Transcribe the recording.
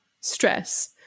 stress